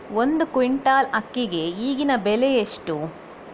ಒಂದು ಕ್ವಿಂಟಾಲ್ ಅಕ್ಕಿಗೆ ಈಗಿನ ಬೆಲೆ ಎಷ್ಟು?